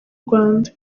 rwanda